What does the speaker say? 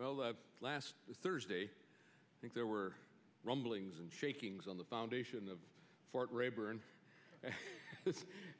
well the last thursday i think there were rumblings and shakings on the foundation of fort rayburn